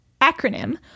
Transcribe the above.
acronym